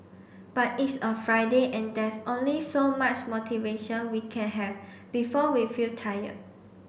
but it's a Friday and there's only so much motivation we can have before we feel tired